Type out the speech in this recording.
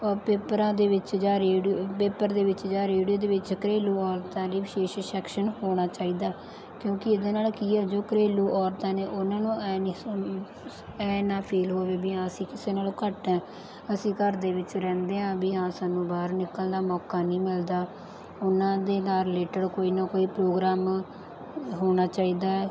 ਪੇਪਰਾਂ ਦੇ ਵਿੱਚ ਜਾਂ ਰੇਡੂ ਪੇਪਰ ਦੇ ਵਿੱਚ ਜਾਂ ਰੇਡੀਓ ਦੇ ਵਿੱਚ ਘਰੇਲੂ ਔਰਤਾਂ ਲਈ ਵਿਸ਼ੇਸ਼ ਸੈਕਸ਼ਨ ਹੋਣਾ ਚਾਹੀਦਾ ਕਿਉਂਕਿ ਇਹਦੇ ਨਾਲ ਕੀ ਹੈ ਜੋ ਘਰੇਲੂ ਔਰਤਾਂ ਨੇ ਉਹਨਾਂ ਨੂੰ ਐ ਨਹੀਂ ਸੁਣ ਐਂ ਨਾ ਫੀਲ ਹੋਵੇ ਵੀ ਹਾਂ ਅਸੀਂ ਕਿਸੇ ਨਾਲੋਂ ਘੱਟ ਹੈ ਅਸੀਂ ਘਰ ਦੇ ਵਿੱਚ ਰਹਿੰਦੇ ਹਾਂ ਵੀ ਹਾਂ ਸਾਨੂੰ ਬਾਹਰ ਨਿਕਲਣ ਦਾ ਮੌਕਾ ਨਹੀਂ ਮਿਲਦਾ ਉਹਨਾਂ ਦੇ ਨਾਲ ਰਿਲੇਟਡ ਕੋਈ ਨਾ ਕੋਈ ਪ੍ਰੋਗਰਾਮ ਹੋਣਾ ਚਾਹੀਦਾ ਹੈ